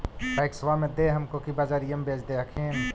पैक्सबा मे दे हको की बजरिये मे बेच दे हखिन?